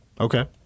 Okay